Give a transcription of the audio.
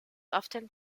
often